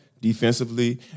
defensively